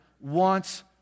wants